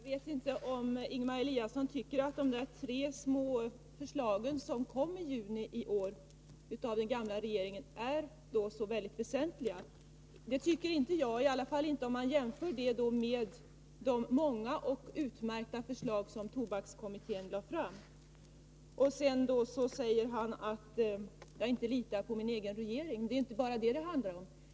Herr talman! Jag vet inte om Ingemar Eliasson tycker att de tre små beslut som fattades i juni i år av den gamla regeringen är så väsentliga. Det tycker inte jag, i alla fall inte om man jämför med de många och utmärkta förslag som tobakskommittén lade fram. Sedan säger Ingemar Eliasson att jag inte litar på min egen regering. Det är inte bara det det handlar om.